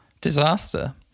disaster